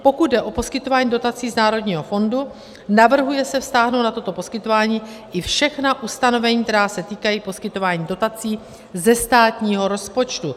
Pokud jde o poskytování dotací z Národního fondu, navrhuje se vztáhnout na toto poskytování i všechna ustanovení, která se týkají poskytování dotací ze státního rozpočtu.